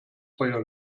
feuer